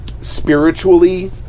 spiritually